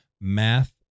math